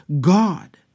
God